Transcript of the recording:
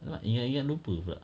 ingat-ingat lupa pula